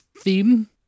theme